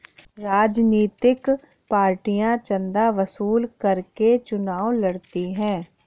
राजनीतिक पार्टियां चंदा वसूल करके चुनाव लड़ती हैं